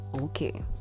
okay